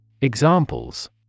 Examples